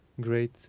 great